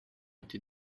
été